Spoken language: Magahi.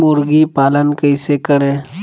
मुर्गी पालन कैसे करें?